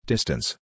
Distance